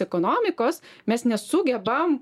ekonomikos mes nesugebam